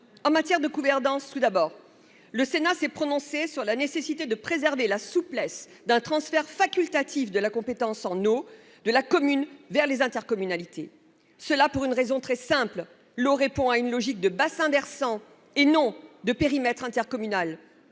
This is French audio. en matière de gouvernance, le Sénat s'est prononcé sur la nécessité de préserver la souplesse d'un transfert facultatif de la compétence en eau de la commune vers les intercommunalités, pour une raison très simple : l'eau répond à une logique de bassin versant et non de périmètre intercommunal.